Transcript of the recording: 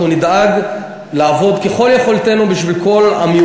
אנחנו נדאג לעבוד ככל יכולתנו בשביל כל המיעוטים.